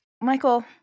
Michael